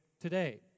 today